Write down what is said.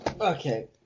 Okay